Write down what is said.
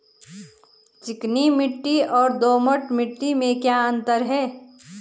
चिकनी मिट्टी और दोमट मिट्टी में क्या अंतर है?